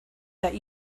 that